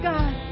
God